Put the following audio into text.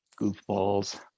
Goofballs